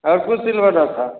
और कुछ सिलवाना था